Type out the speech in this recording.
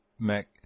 Mac